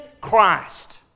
Christ